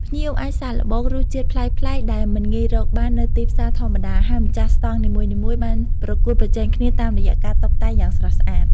ភ្ញៀវអាចសាកល្បងរសជាតិប្លែកៗដែលមិនងាយរកបាននៅទីផ្សារធម្មតា ហើយម្ចាស់ស្តង់នីមួយៗបានប្រកួតប្រជែងគ្នាតាមរយៈការតុបតែងយ៉ាងស្រស់ស្អាត។